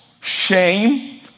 shame